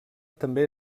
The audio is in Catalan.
també